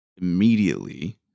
immediately